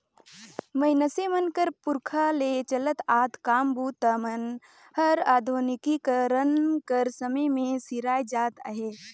मइनसे मन कर पुरखा ले चलत आत काम बूता मन हर आधुनिकीकरन कर समे मे सिराए जात अहे